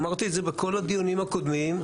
אמרתי את זה בכל הדיונים הקודמים,